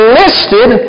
listed